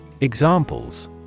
Examples